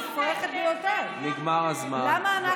אני מטפל בילדים שלי, ולא ביקשתי מהממשלה שקל.